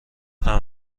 طعم